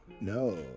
no